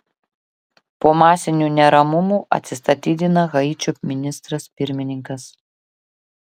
po masinių neramumų atsistatydina haičio ministras pirmininkas